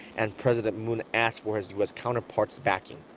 and president moon asked for his u s. counterpart's backing.